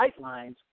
guidelines